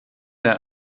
der